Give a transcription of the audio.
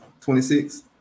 26